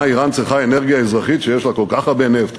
למה איראן צריכה אנרגיה אזרחית כשיש לה כל כך הרבה נפט,